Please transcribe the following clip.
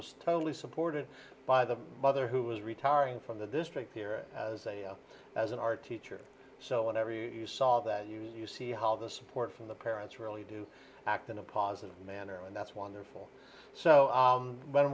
was totally supported by the mother who was retiring from the district here as a as an art teacher so whenever you saw that you see how the support from the parents really do act in a positive manner and that's wonderful so when